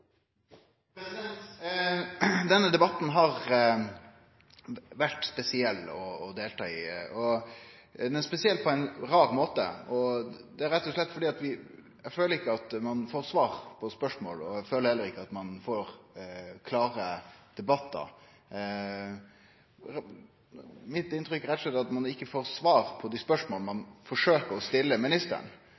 Denne debatten har vore spesiell å delta i. Han er spesiell på ein rar måte. Det er rett og slett fordi eg ikkje føler at ein får svar på spørsmåla. Eg føler heller ikkje at ein får klare debattar. Mitt inntrykk er rett og slett at ein ikkje får svar på dei spørsmåla ein forsøker å stille ministeren.